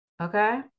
okay